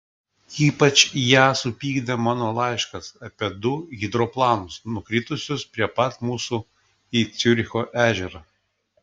ypač ją supykdė mano laiškas apie du hidroplanus nukritusius prie pat mūsų į ciuricho ežerą